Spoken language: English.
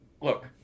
look